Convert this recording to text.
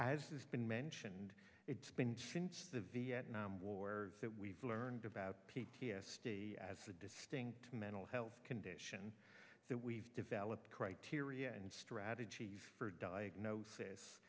as has been mentioned it's been since the vietnam war that we've learned about p t s d as a distinct mental health condition that we've developed criteria and strategies for diagnosis